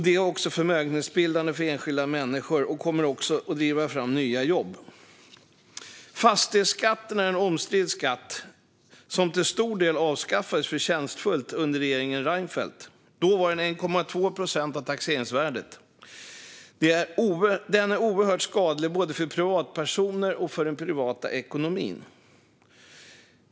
Det är också förmögenhetsbildande för enskilda människor och kommer att driva fram nya jobb. Fastighetsskatten är en omstridd skatt som till stor del förtjänstfullt avskaffades under regeringen Reinfeldt. Då var den 1,2 procent av taxeringsvärdet. Den är oerhört skadlig både för privatpersoner och för den totala ekonomin.